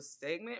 segment